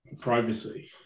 privacy